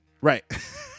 Right